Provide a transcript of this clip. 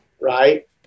right